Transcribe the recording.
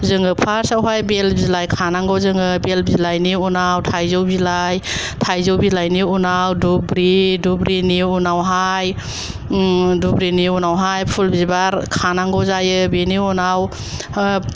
जोङो फार्स्टआवहाय बेल बिलाइ खानांगौ जोङो बेल बिलाइनि उनाव थाइजौ बिलाइ थाइजौ बिलाइनि उनाव दुब्रि दुब्रिनि उनावहाय दुब्रिनि उनाव फुल बिबार खानांगौ जायो बेनि उनाव